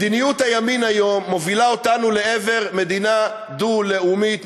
מדיניות הימין היום מובילה אותנו לעבר מדינה דו-לאומית.